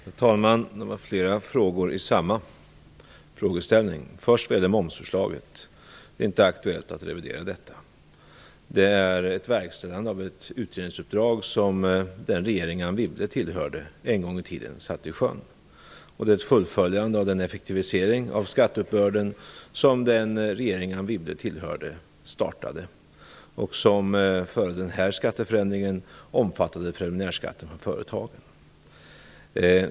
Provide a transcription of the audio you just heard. Herr talman! Det var flera frågor i samma frågeställning. Vad först gäller momsförslaget vill jag säga att det inte är aktuellt att revidera detta. Det handlar om ett verkställande av ett utredningsuppdrag som en gång i tiden den regering Anne Wibble tillhörde satte i sjön och om ett fullföljande av den effektivisering av skatteuppbörden som den regering Anne Wibble tillhörde startade. Före den här skatteförändringen hade preliminärskatten från företag effektiviserats.